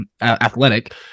athletic